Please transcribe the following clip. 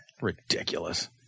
Ridiculous